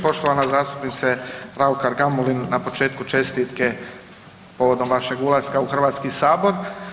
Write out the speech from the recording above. Poštovana zastupnice Raukar Gamulin na početku čestitke povodom vašeg ulaska u Hrvatski sabor.